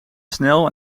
snel